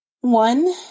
One